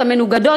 המנוגדות,